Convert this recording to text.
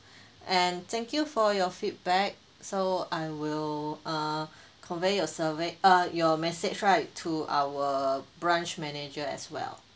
and thank you for your feedback so I will err convey your survey err your message right to our branch manager as well